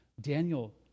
Daniel